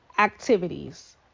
Activities